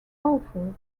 awful